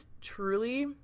truly